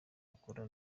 akora